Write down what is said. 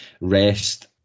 rest